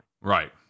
Right